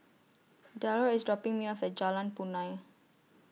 Darrel IS dropping Me off At Jalan Punai